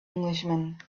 englishman